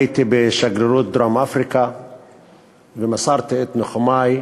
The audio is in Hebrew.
הייתי בשגרירות דרום-אפריקה ומסרתי את ניחומי,